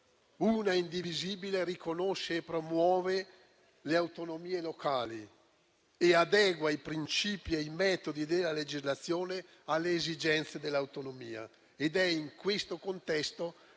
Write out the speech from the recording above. una e indivisibile, riconosce e promuove le autonomie locali e adegua i principi e i metodi della sua legislazione alle esigenze dell'autonomia. È in questo contesto